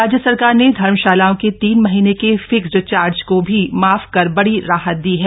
अब राज्य सरकार ने धर्मशालाओं के तीन महीने के फिक्सड चार्ज को भी माफ कर बड़ी राहत दी है